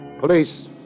Police